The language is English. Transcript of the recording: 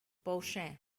beauchamp